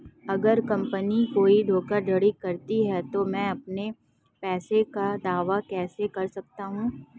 अगर कंपनी कोई धोखाधड़ी करती है तो मैं अपने पैसे का दावा कैसे कर सकता हूं?